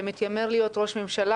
שמתיימר להיות ראש הממשלה,